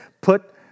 put